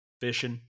fishing